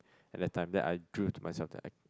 at that time then I drill it to myself that I